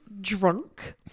drunk